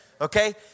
okay